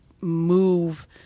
move –